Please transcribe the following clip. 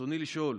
רצוני לשאול: